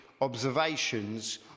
observations